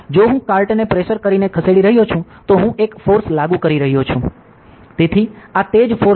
જો હું કાર્ટ ને પ્રેશર કરીને ખસેડી રહ્યો છું તો હું એક ફોર્સ લાગુ કરી રહ્યો છું તેથી આ તે જ ફોર્સ છે